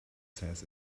says